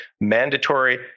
mandatory